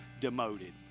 demoted